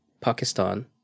Pakistan